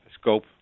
scope